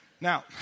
Now